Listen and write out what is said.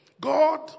God